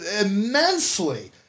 immensely